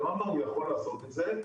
ברמב"ם הוא יכול לעשות את זה,